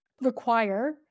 require